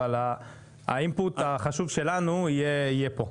אבל האינפוט החשוב שלנו יהיה פה.